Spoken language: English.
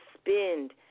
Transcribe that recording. spend